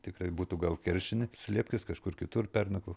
tikrai būtų gal keršinę slėpkis kažkur kitur pernakvok